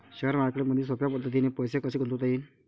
Share मार्केटमधी सोप्या पद्धतीने पैसे कसे गुंतवता येईन?